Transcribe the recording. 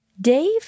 Dave